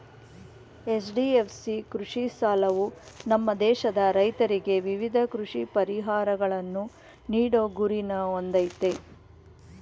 HDFC ಕೃಷಿ ಸಾಲವು ನಮ್ಮ ದೇಶದ ರೈತ್ರಿಗೆ ವಿವಿಧ ಕೃಷಿ ಪರಿಹಾರಗಳನ್ನು ನೀಡೋ ಗುರಿನ ಹೊಂದಯ್ತೆ